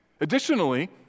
Additionally